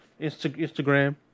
Instagram